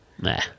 Nah